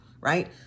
right